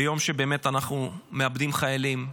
ביום שבאמת, אנחנו מאבדים חיילים.